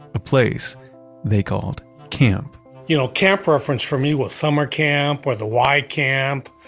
a place they called camp you know, camp reference for me was summer camp or the y camp.